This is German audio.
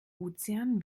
ozean